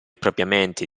propriamente